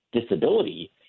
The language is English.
disability